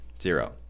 Zero